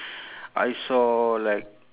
I saw like